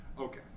Okay